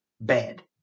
bad